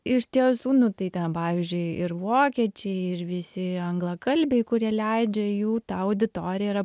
iš tiesų nu tai ten pavyzdžiui ir vokiečiai ir visi anglakalbiai kurie leidžia jų ta auditorija yra